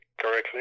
correctly